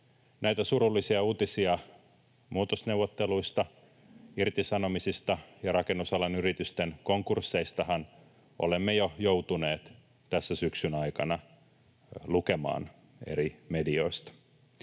Näitä surullisia uutisia muutosneuvotteluista, irtisanomisista ja rakennusalan yritysten konkursseistahan olemme jo joutuneet tässä syksyn aikana lukemaan eri medioista.